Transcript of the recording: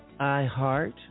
iheart